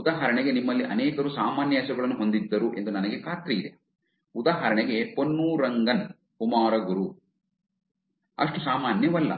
ಉದಾಹರಣೆಗೆ ನಿಮ್ಮಲ್ಲಿ ಅನೇಕರು ಸಾಮಾನ್ಯ ಹೆಸರುಗಳನ್ನು ಹೊಂದಿದ್ದರು ಎಂದು ನನಗೆ ಖಾತ್ರಿಯಿದೆ ಉದಾಹರಣೆಗೆ ಪೊನ್ನುರಗನ್ ಕುಮಾರಗುರು ಅಷ್ಟು ಸಾಮಾನ್ಯವಲ್ಲ